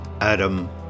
Adam